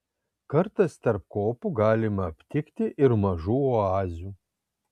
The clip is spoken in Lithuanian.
kartais tarp kopų galima aptikti ir mažų oazių